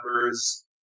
numbers